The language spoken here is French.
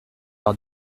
par